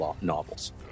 novels